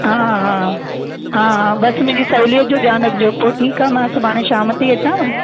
हा हा हा हा बसि मुंहिंजी सहुलियत जो ध्यानु रखिजो पोइ ठीकु आहे मां सुभाणे शाम ताईं अचांव